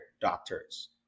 doctors